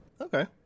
Okay